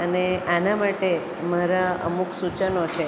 અને આના માટે મારા અમુક સૂચનો છે